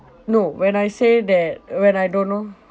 no when I say that when I don't know